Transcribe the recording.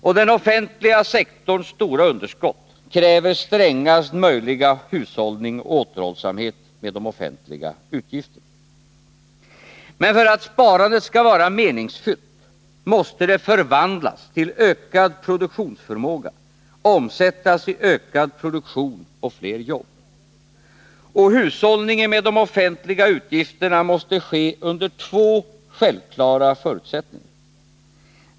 Och den offentliga sektorns stora underskott kräver strängaste möjliga hushållning och återhållsamhet med de offentliga utgifterna. Men för att sparandet skall vara meningsfyllt måste det förvandlas till ökad produktionsförmåga, omsättas i ökad produktion och fler jobb. Och hushållningen med de offentliga utgifterna måste ske under två självklara förutsättningar.